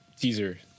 teaser